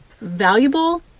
valuable